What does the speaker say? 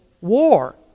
war